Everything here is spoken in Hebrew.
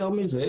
יותר מזה,